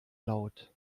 laut